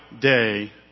day